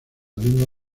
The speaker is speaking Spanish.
línea